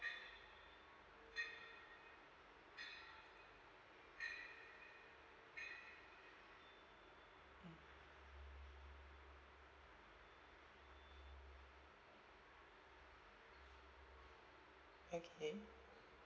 okay